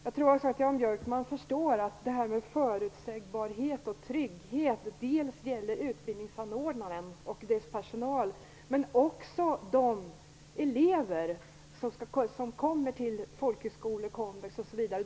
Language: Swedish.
Jag tror att Jan Björkman också förstår att förutsägbarhet och trygghet dels gäller utbildningsanordnaren och dess personal, dels de elever som kommer till folkhögskolor, komvux, osv.